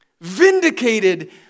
vindicated